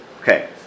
okay